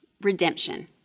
Redemption